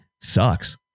sucks